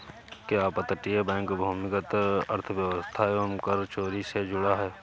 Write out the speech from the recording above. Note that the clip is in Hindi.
क्या अपतटीय बैंक भूमिगत अर्थव्यवस्था एवं कर चोरी से जुड़ा है?